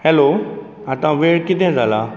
hello आतां वेळ किदें जाला